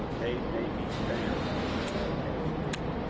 they may be found even as we.